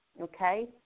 Okay